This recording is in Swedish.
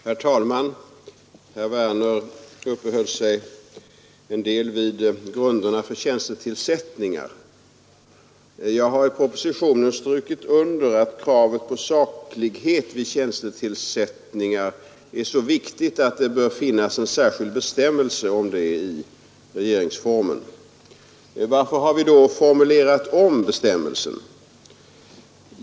Herr talman! Herr Werner i Malmö uppehöll sig en del vid grunderna för tjänstetillsättningar. Jag har i propositionen strukit under att kravet på saklighet vid tjänstetillsättningar är så viktigt att det bör finnas en särskild bestämmelse om det i regeringsformen. Varför har vi då formulerat om bestämmelsen?